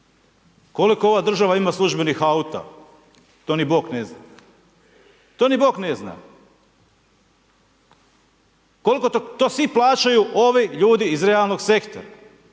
Koliko ova država ima službenih auta, to ni Bog ne zna, to ni Bog ne zna. To sve plaćaju ovi ljudi iz realnog sektora.